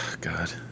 God